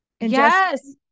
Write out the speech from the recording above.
Yes